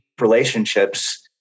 relationships